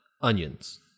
onions